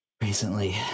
recently